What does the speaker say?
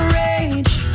rage